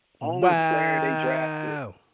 Wow